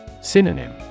Synonym